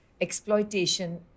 exploitation